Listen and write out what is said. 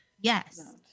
Yes